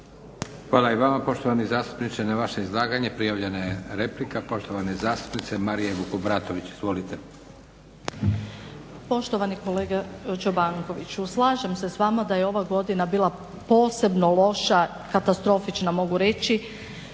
Hvala i vama poštovani zastupniče. Na vaše izlaganje prijavljena je replika poštovane zastupnice Marije Vukobratović. Izvolite. **Vukobratović, Marija (SDP)** poštovani kolega Čobankoviću slažem se s vama da je ova godina bila posebno loša katastrofična mogu reći